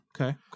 Okay